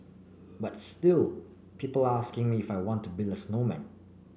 but still people asking me if I want to build a snowman